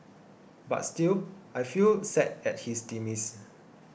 but still I feel sad at his demise